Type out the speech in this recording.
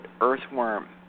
earthworm